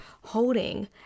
holding